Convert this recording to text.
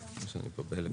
עכשיו אתה בא ואומר